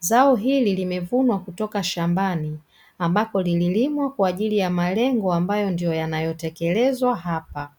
Zao hili limevunwa kutoka shambani ambapo lililimwa kwa ajili ya malengo ambayo ndiyo yanayotekelezwa hapa.